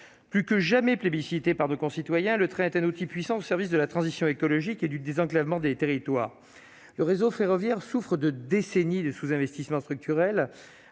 plus que jamais, plébiscitée par nos concitoyens, le train est un outil puissant au service de la transition écologique et du désenclavement des territoires, le réseau ferroviaire souffrent de décennies de sous-investissements structurels